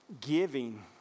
Giving